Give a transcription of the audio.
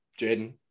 Jaden